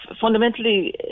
fundamentally